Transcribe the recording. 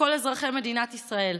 לכל אזרחי מדינת ישראל.